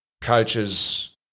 coaches